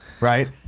right